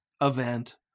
event